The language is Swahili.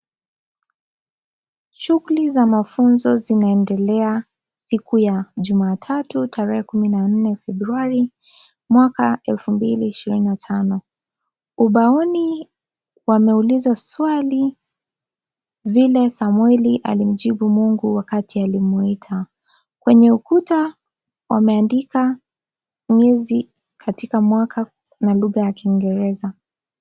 Shughuli za mafunzo zinaendelea siku ya Jumatatu tarehe kumi na nne Februari mwaka elfu mbili ishirini na tano. Ubaoni wameuliza swali vile Samueli alimjibu Mungu wakati alimuita kwenye ukuta wameandika miezi katika mwaka kwa lugha ya kingereza.